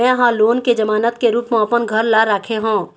में ह लोन के जमानत के रूप म अपन घर ला राखे हों